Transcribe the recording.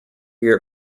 your